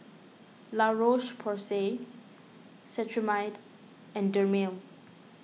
La Roche Porsay Cetrimide and Dermale